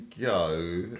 go